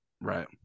right